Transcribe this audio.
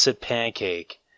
Pancake